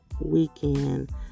weekend